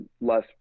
less